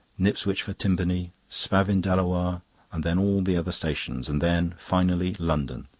knipswich for timpany, spavin delawarr and then all the other stations and then, finally, london.